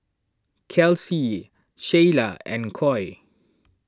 Kelsea Sheyla and Coy